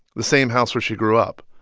the same house where she grew up,